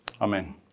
Amen